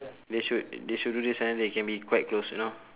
they should they should do this and then they can be quite close you know